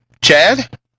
Chad